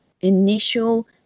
initial